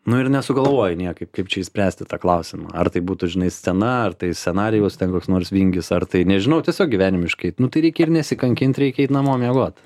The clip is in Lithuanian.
nu ir nesugalvoji niekaip kaip čia išspręsti tą klausimą ar tai būtų žinai scena ar tai scenarijaus ten koks nors vingis ar tai nežinau tiesiog gyvenimiškai nu tai reikia ir nesikankint reikia eit namo miegot